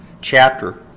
chapter